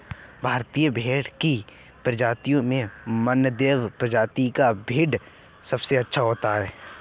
भारतीय भेड़ की प्रजातियों में मानदेय प्रजाति का मीट सबसे अच्छा होता है